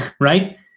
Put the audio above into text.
right